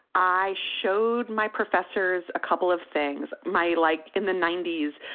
i showed my professors a couple of things. my like in the ninety s,